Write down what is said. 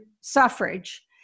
suffrage